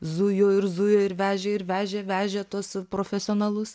zujo ir zujo ir vežė ir vežė vežė tuos profesionalus